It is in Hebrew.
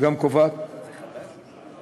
גם קובעת בסעיף 1(ה)